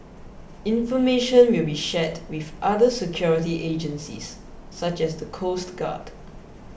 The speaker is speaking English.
information will be shared with other security agencies such as the coast guard